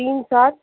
تین سات